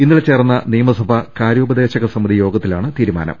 ഇന്നലെ ചേർന്ന നിയമസഭ കാര്യോപദേശക സമിതി യോഗത്തിലാണ് തീരുമാനം